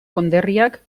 konderriak